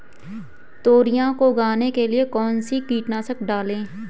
तोरियां को उगाने के लिये कौन सी कीटनाशक डालें?